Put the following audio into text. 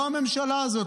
לא הממשלה הזאת.